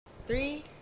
three